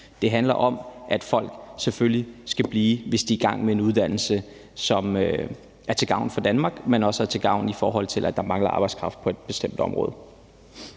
Det handler om, at folk selvfølgelig skal blive, hvis de er i gang med en uddannelse, som er til gavn for Danmark, men også er til gavn, i forhold til at der mangler arbejdskraft på et bestemt område.